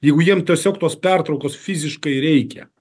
jeigu jiem tiesiog tos pertraukos fiziškai reikia